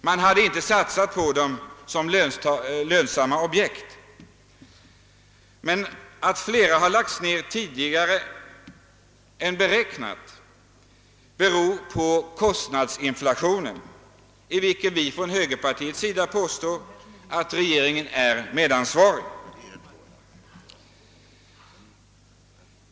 Man hade inte ansett dessa företag vara lönsamma objekt att satsa på. Att flera företag än man tidigare beräknat har nedlagts beror på kostnadsinflationen, för vilken vi inom högerpartiet påstår att regeringen är medansvarig.